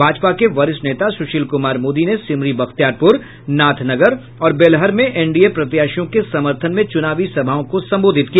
भाजपा के वरिष्ठ नेता सुशील कुमार मोदी ने सिमरी बख्तियारपूर नाथनगर और बेलहर में एनडीए प्रत्याशियों के समर्थन में चूनावी सभाओं को संबोधित किया